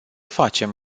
facem